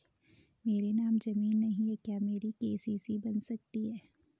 मेरे नाम ज़मीन नहीं है क्या मेरी के.सी.सी बन सकती है?